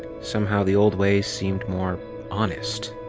somehow the old ways seem more honest.